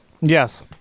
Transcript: Yes